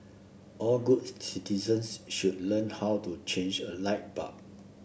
all good citizens should learn how to change a light bulb